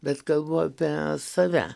bet kalbu apie save